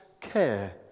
care